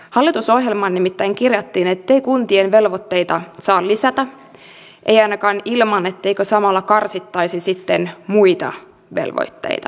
hallitusohjelmaan nimittäin kirjattiin ettei kuntien velvoitteita saa lisätä ei ainakaan ilman etteikö samalla karsittaisi sitten muita velvoitteita